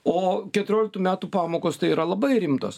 o keturioliktų metų pamokos tai yra labai rimtos